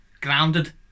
Grounded